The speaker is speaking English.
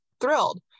thrilled